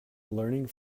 learning